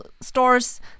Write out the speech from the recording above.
stores